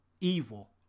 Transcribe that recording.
evil